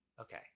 Okay